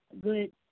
good –